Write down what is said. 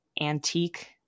antique